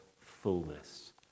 fullness